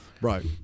Right